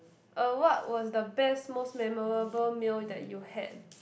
uh what was the best most memorable meal that you had